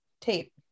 Tape